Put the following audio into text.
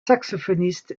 saxophoniste